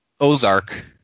Ozark